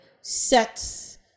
sets